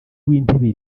w’intebe